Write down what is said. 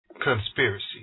conspiracy